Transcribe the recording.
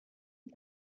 mit